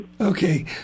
Okay